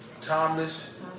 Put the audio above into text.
Timeless